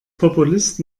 populist